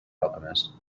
alchemist